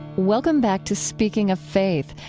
welcome back to speaking of faith,